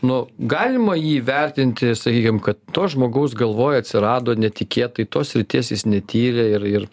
nu galima įvertinti sakykim kad to žmogaus galvoj atsirado netikėtai tos srities jis netyrė ir ir